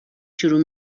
شروع